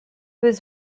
was